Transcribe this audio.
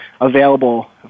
available